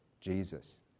Jesus